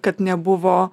kad nebuvo